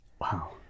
Wow